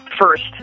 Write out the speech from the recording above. First